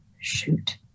shoot